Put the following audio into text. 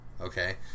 okay